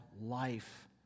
life